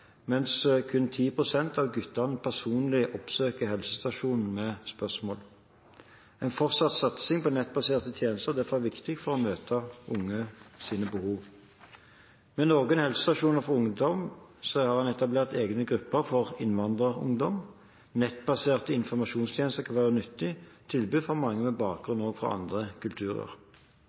mens kun 10 pst. av guttene personlig oppsøker helsestasjonen med spørsmål. En fortsatt satsing på nettbaserte tjenester er derfor viktig for å møte unges behov. Ved noen helsestasjoner for ungdom har en etablert egne grupper for innvandrerungdom. Nettbaserte informasjonstjenester kan være et nyttig tilbud for mange med bakgrunn også fra andre kulturer.